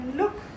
look